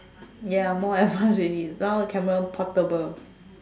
ya more advanced already now camera portable